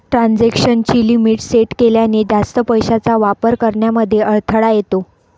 transaction ची limit set केल्याने, जास्त पैशांचा वापर करण्यामध्ये अडथळा येतो